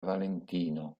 valentino